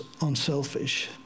unselfish